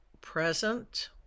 present